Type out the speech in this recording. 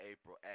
April